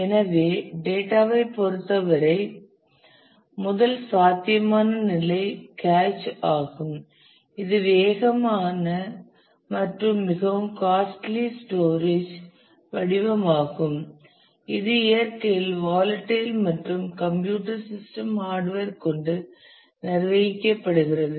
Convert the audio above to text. எனவே டேட்டா ஐ பொறுத்தவரை முதல் சாத்தியமான நிலை கேச் ஆகும் இது வேகமான மற்றும் மிகவும் காஸ்ட்லி ஸ்டோரேஜ் வடிவமாகும் இது இயற்கையில் வாலடைல் மற்றும் கம்ப்யூட்டர் சிஸ்டம் ஹார்டுவேர் கொண்டு நிர்வகிக்கப்படுகிறது